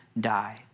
die